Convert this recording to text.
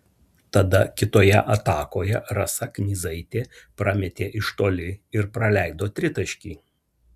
tada kitoje atakoje rasa knyzaitė prametė iš toli ir praleido tritaškį